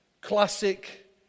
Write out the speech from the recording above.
classic